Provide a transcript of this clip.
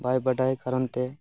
ᱵᱟᱭ ᱵᱟᱰᱟᱭ ᱠᱟᱨᱚᱱ ᱛᱮ